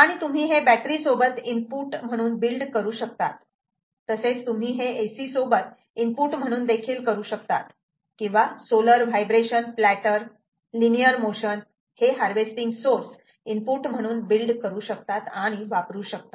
आणि तुम्ही हे बॅटरी सोबत इनपुट म्हणून बिल्ड करू शकतात तसेच तुम्ही हे AC सोबत इनपुट म्हणून देखील करू शकतात किंवा solar vibration platter linear motion हे हार्वेस्टिंग सोर्सेस इनपुट म्हणून बिल्ड करू शकतात आणि वापरू शकतात